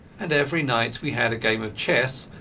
and every night we had a game of chess,